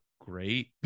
great